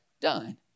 done